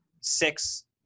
six